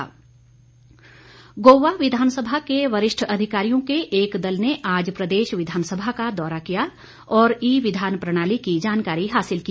विधान सभा गोवा विधानसभा के वरिष्ठ अधिकारियों के एक दल ने आज प्रदेश विधानसभा का दौरा किया और ई विधान प्रणाली की जानकारी हासिल की